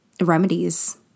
remedies